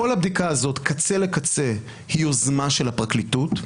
כל הבדיקה הזאת קצה לקצה היא יוזמה של הפרקליטות.